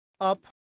up